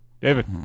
David